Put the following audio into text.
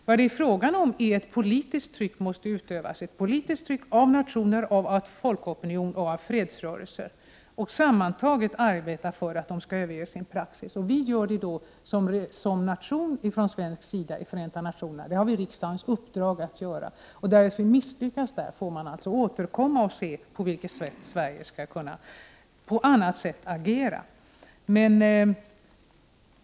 Vad det är fråga om är att ett politiskt tryck måste utövas — ett politiskt tryck av nationer, av folkopinionen och av fredsrörelser. Sammantaget skall arbetet syfta till att få kärnvapenmakterna att överge sin föråldrade praxis. Sverige gör det som nation i Förenta nationerna, på uppdrag av riksdagen. Därest vi misslyckas i det avseendet, får man återkomma och se på vilket annat sätt Sverige kan agera.